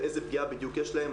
ואיזו פגיעה בדיוק יש להם.